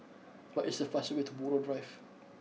what is the fastest way to Buroh Drive